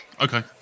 Okay